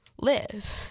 live